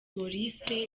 maurice